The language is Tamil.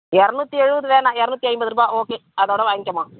இரநூத்தி எழுபது வேணாம் இரநூத்தி ஐம்பது ரூபாய் ஓகே அதோடு வாங்குகம்மா